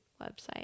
website